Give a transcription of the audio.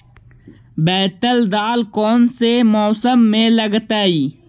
बैतल दाल कौन से मौसम में लगतैई?